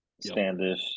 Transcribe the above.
standish